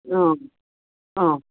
ꯑꯥ ꯑꯥ